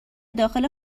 داخل